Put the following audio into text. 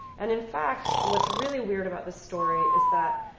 and in fact, what's really weird about this story is that